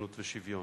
סובלנות ושוויון.